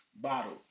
bottle